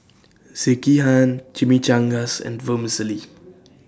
Sekihan Chimichangas and Vermicelli